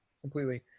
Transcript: completely